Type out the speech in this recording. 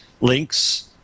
links